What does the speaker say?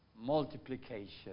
multiplication